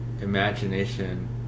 imagination